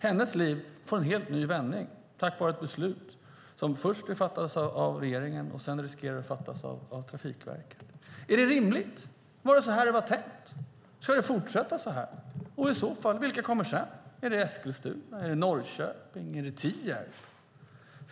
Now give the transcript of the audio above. Hennes liv får en helt ny vändning på grund av ett beslut som först fattas av regeringen och sedan riskerar att fattas av Trafikverket. Är det rimligt? Var det så det var tänkt? Ska det fortsätta så? Och i så fall, vilka kommer sedan? Är det Eskilstuna, Norrköping, Tierp?